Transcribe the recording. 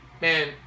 man